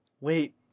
Wait